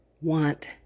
want